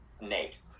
nate